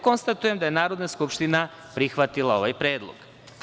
Konstatujem da je Narodna skupština prihvatila ovaj predlog.